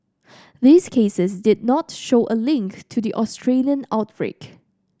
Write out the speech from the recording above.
these cases did not show a link to the Australian outbreak